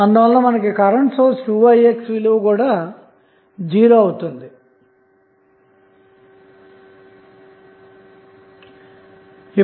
అందువలన current source 2ixవిలువ కూడా '0' కి సమానమవుతుందన్నమాట